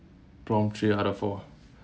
prompt three out of four